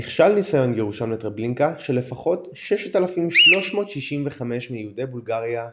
נכשל ניסיון גירושם לטרבלינקה של לפחות 6,365 מיהודי בולגריה "הישנה".